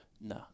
No